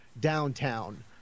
downtown